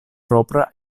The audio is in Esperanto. propra